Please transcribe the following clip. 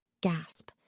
Gasp